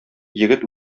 егет